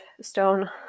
stone